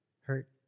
hurt